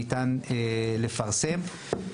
ניתן לפרסם.